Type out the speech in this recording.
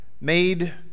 made